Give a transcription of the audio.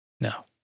No